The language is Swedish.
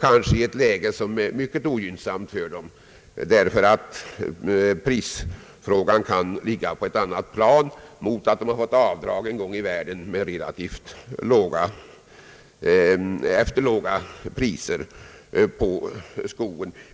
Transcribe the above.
kanske i ett läge som är mycket ogynnsamt. Prisfrågan kan ligga på ett annat plan, medan vederbörande fått avdrag en gång i tiden efter låga priser på skogen.